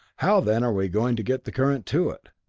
how then are we going to get the current to it?